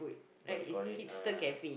what do you call it uh